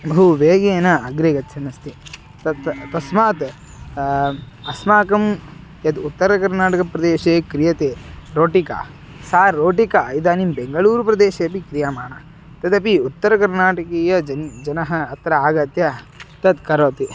बहु वेगेन अग्रे गच्छत् अस्ति तत् तस्मात् अस्माकं यद् उत्तरकर्णाटकप्रदेशे क्रियते रोटिका सा रोटिका इदानीं बेङ्गळूरुप्रदेशे अपि क्रियमाणा तदपि उत्तरकर्नाटकीयजनः जनः अत्र आगत्य तत् करोति